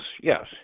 yes